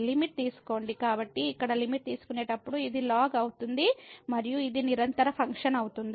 limit తీసుకోండి కాబట్టి ఇక్కడ లిమిట్ తీసుకునేటప్పుడు ఇది ln అవుతుంది మరియు ఇది నిరంతర ఫంక్షన్ అవుతుంది